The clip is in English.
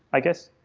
i guess.